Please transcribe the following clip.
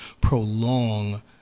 prolong